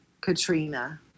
Katrina